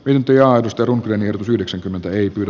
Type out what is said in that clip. pyyntöjä arvostelun linjat yhdeksänkymmentä ei kyllä